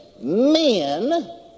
men